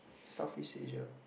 Southeast Asia